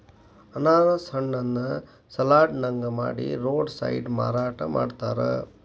ಅನಾನಸ್ ಹಣ್ಣನ್ನ ಸಲಾಡ್ ನಂಗ ಮಾಡಿ ರೋಡ್ ಸೈಡ್ ಮಾರಾಟ ಮಾಡ್ತಾರ